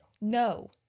No